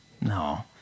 No